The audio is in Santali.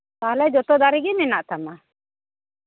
ᱛᱟᱦᱚᱞᱮ ᱡᱚᱛᱚ ᱫᱟᱨᱮ ᱜᱮ ᱢᱮᱱᱟᱜ ᱛᱟᱢᱟ